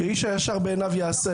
שאיש הישר בעיניו יעשה.